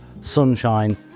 sunshine